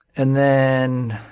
and then